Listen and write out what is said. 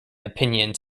opinions